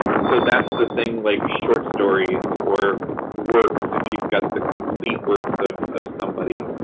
so that's the thing, like, short stories or works, if you've got the complete works of of somebody,